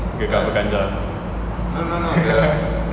Gegar Vaganza